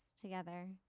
together